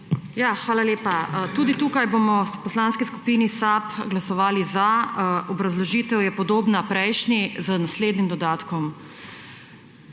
Hvala lepa. Tudi tukaj bomo v Poslanski skupini SAB glasovali za. Obrazložitev je podobna prejšnji z naslednjim dodatkom.